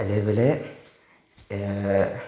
അതെപോലെ